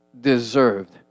deserved